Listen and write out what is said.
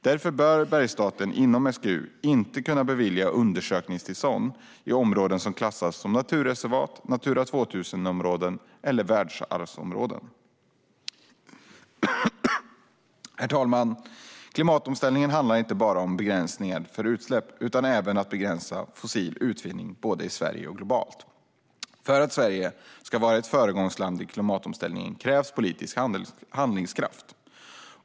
Därför bör Bergsstaten inom SGU inte kunna bevilja undersökningstillstånd i områden som klassas som naturreservat, Natura 2000-områden eller världsarvsområden. Herr talman! Klimatomställningen handlar inte bara om begränsningar för utsläpp utan även om att begränsa fossil utvinning både i Sverige och globalt. För att Sverige ska vara ett föregångsland i klimatomställningen krävs politisk handlingskraft.